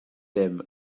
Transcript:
dim